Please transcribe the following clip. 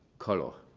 color